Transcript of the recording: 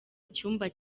icyumba